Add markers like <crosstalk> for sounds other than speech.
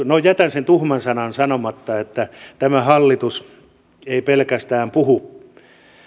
<unintelligible> no jätän sen tuhman sanan sanomatta siihen että tämä hallitus ei pelkästään puhu